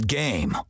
game